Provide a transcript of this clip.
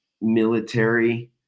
military